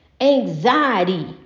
Anxiety